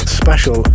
special